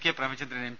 K Premachandran M